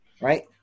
right